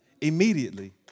immediately